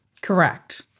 Correct